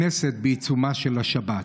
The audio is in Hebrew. הכנסת בעיצומה של השבת.